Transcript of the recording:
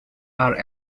are